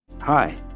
Hi